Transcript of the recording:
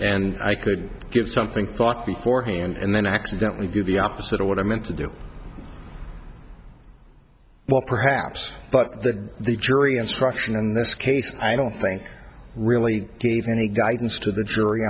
and i could give something thought before he and then accidentally do the opposite of what i meant to do perhaps but that the jury instruction and this case i don't think really gave any guidance to the jury